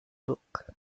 book